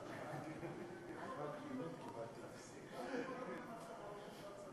חוברת כ"ז ישיבה קל"ו הישיבה המאה-ושלושים-ותשע